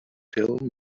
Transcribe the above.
tell